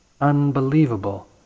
Unbelievable